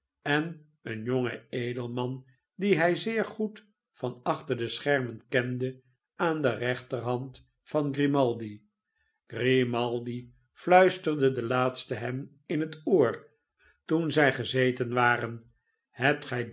linkeren een jong edelman dien hij zeer goed van achter de schermen kende aan de rechterhand van grimaldi grimaldi fluisterde de laatste hem in het oor toen zij gezeten waren hebt gij